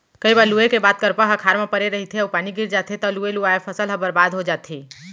कइ बार लूए के बाद म करपा ह खार म परे रहिथे अउ पानी गिर जाथे तव लुवे लुवाए फसल ह बरबाद हो जाथे